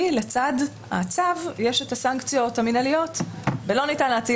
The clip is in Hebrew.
כי לצד הצו יש הסנקציות המנהליות ולא ניתן להטיל